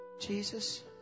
Jesus